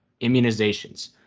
immunizations